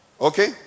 Okay